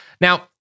Now